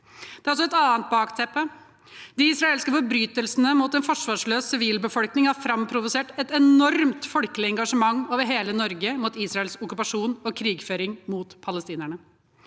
Det er også et annet bakteppe: De israelske forbrytelsene mot en forsvarsløs sivilbefolkning har framprovosert et enormt folkelig engasjement over hele Norge mot Israels okkupasjon og krigføring mot palestinerne.